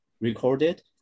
recorded